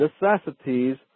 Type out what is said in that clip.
necessities